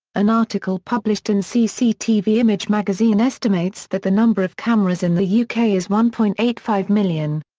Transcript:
an article published in cctv image magazine estimates that the number of cameras in the yeah uk is one point eight five million.